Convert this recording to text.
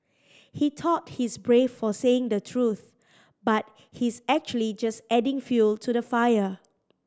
he thought he's brave for saying the truth but he's actually just adding fuel to the fire